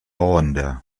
onda